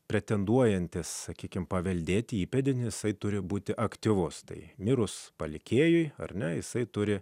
pretenduojantis sakykime paveldėti įpėdinis turi būti aktyvus tai mirus palikėjui ar ne jisai turi